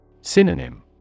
Synonym